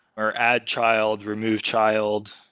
or add child, remove child,